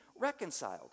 reconciled